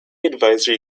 advisory